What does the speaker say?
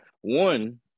One